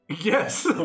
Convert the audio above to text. Yes